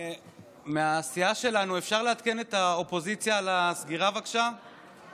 אלו מהרגעים, אדוני היושב-ראש, שלשמם